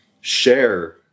share